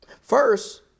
First